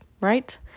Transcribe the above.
right